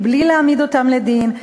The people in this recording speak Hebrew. בלי להעמיד אותם לדין,